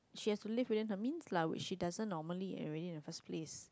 she has to leave whether her mean lah which she doesn't normally area at first place